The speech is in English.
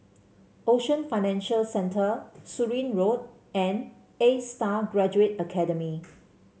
Ocean Financial Centre Surin Road and A Star Graduate Academy